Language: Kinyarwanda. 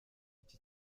iki